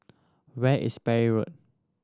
where is Parry Road